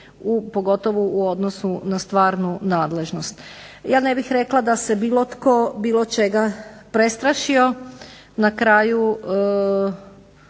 pogotovo u odnosu na stvarnu nadležnost. Ja ne bih rekla da se bilo tko bilo čega prestrašio.